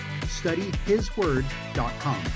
studyhisword.com